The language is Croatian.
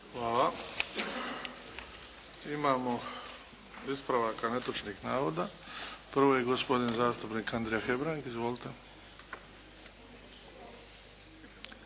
Hvala. Imamo ispravaka netočnih navoda. Prvo je gospodin zastupnik Andrija Hebrang. Izvolite.